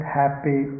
happy